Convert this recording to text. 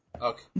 Okay